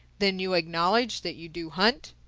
then you acknowledge that you do hunt?